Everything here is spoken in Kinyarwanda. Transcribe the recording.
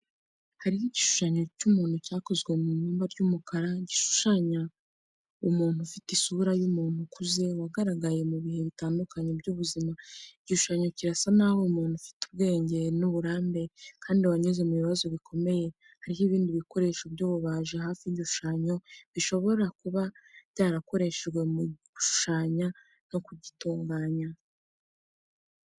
Hariho igishushanyo cy'umuntu cyakozwe mu ibumba ry'umukara, gishushanya umuntu ufite isura y'umuntu ukuze, wagaragaye mu bihe bitandukanye by'ubuzima. Igishushanyo kirasa n'aho ari umuntu ufite ubwenge n'uburambe, kandi wanyuze mu bibazo bikomeye. Hariho ibindi bikoresho by'ububaji hafi y'igishushanyo, bishobora kuba byarakoreshejwe mu kugishushanya no kugitunganya.